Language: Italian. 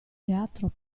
teatro